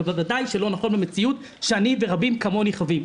אבל בוודאי שלא נכון במציאות שאני ורבים כמוני חווים.